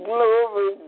Glory